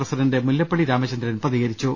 president Mullappally Ramachandran പ്രതി കരിച്ചു